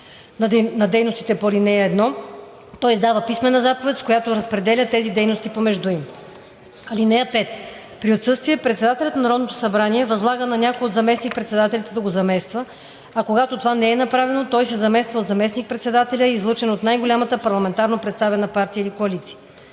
на дейности по ал. 1, той издава писмена заповед, с която разпределя тези дейности помежду им. (5) При отсъствие председателят на Народното събрание възлага на някой от заместник-председателите да го замества, а когато това не е направено, той се замества от заместник-председателя, излъчен от най-голямата парламентарно представена партия или коалиция.